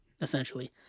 essentially